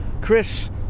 Chris